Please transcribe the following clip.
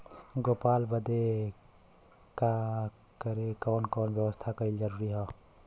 गोपालन करे बदे कवन कवन व्यवस्था कइल जरूरी ह?